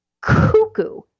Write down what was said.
cuckoo